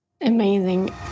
Amazing